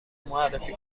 معرفی